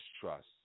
trust